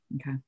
Okay